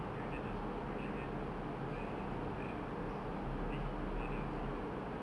dia macam tak suka layan my my artworks then he tak nak really tolong